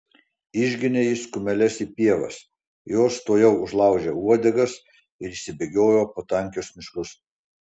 išginė jis kumeles į pievas jos tuojau užlaužė uodegas ir išsibėgiojo po tankius miškus